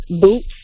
boots